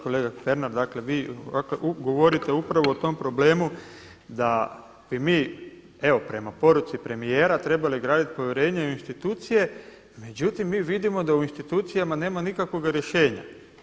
Kolega Pernar, dakle vi govorite upravo o tom problemu da bi mi evo prema poruci premijera trebali graditi povjerenje u institucije, međutim mi vidimo da u institucijama nema nikakvoga rješenja.